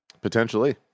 Potentially